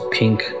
pink